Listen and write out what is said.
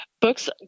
Books